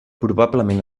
probablement